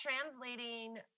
translating